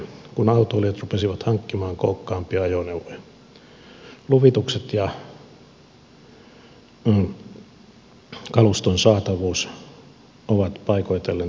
kun autoilijat rupesivat hankkimaan kookkaampia ajoneuvoja luvitukset ja kaluston saatavuus ovat paikoitellen tökkineet